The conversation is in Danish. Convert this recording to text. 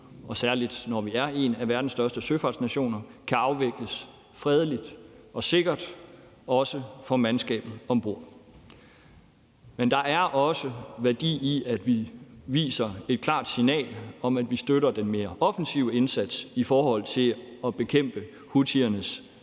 særlig når vi er en af verdens største søfartsnationer, bidrage til, at verdenshandelen kan afvikles fredeligt og sikkert, også for mandskabet ombord. Men der er også værdi i, at vi sender et klart signal om, at vi støtter den mere offensive indsats i forhold til at bekæmpe houthiernes